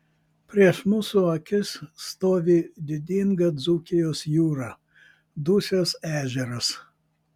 prieš mūsų akis stovi didinga dzūkijos jūra dusios ežeras